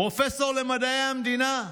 פרופסור למדעי המדינה,